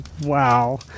wow